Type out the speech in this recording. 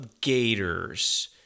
Gators